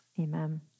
amen